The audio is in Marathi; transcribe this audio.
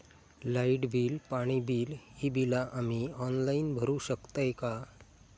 लाईट बिल, पाणी बिल, ही बिला आम्ही ऑनलाइन भरू शकतय का?